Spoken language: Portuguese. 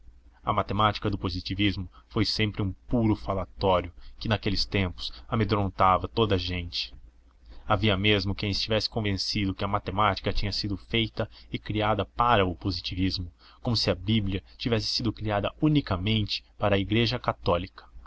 a matemática do positivismo foi sempre um puro falatório que naqueles tempos amedrontava toda a gente havia mesmo quem estivesse convencido que a matemática tinha sido feita e criada para o positivismo como se a bíblia tivesse sido criada unicamente para a igreja católica